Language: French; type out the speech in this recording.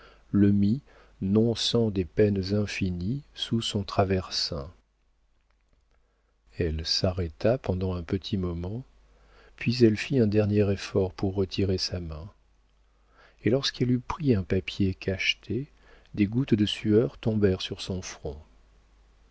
le mit non sans des peines infinies sous son traversin elle s'arrêta pendant un petit moment puis elle fit un dernier effort pour retirer sa main et lorsqu'elle eut pris un papier cacheté des gouttes de sueur tombèrent de son front